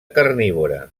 carnívora